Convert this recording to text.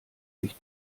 sich